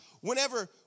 whenever